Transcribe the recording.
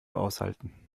aushalten